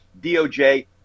DOJ